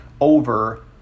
over